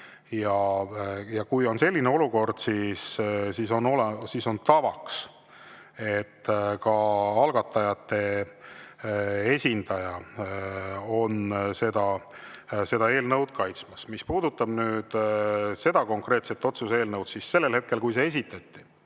Kui on selline olukord, siis on tavaks, et algatajate esindaja kaitseb eelnõu. Mis puudutab seda konkreetset otsuse eelnõu, siis sellel hetkel, kui see esitati,